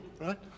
right